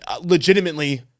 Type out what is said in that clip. legitimately